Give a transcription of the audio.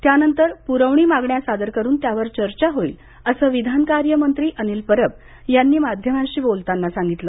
त्यांनतर पुरवणी मागण्या सादर करून त्यावर चर्चा होईल असं विधानकार्य मंत्री अनिल परब यांनी माध्यमांशी बोलताना सांगितलं